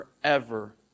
forever